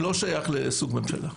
זה לא שייך לסוג ממשלה,